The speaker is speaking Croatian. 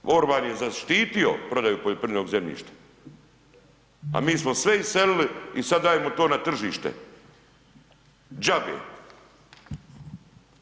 Orban je zaštitio prodaju poljoprivrednog zemljišta a mi smo sve iselili i sad dajemo to na tržište, džabe.